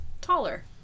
taller